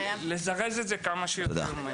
לזרז את זה כמה שיותר.